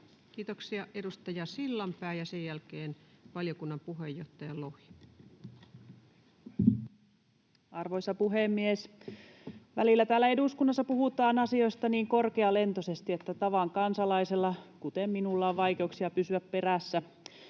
suunnitelmasta vuosille 2025-2028 Time: 15:58 Content: Arvoisa puhemies! Välillä täällä eduskunnassa puhutaan asioista niin korkealentoisesti, että tavan kansalaisella, kuten minulla, on vaikeuksia pysyä perässä.